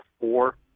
four